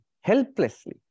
helplessly